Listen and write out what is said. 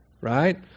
right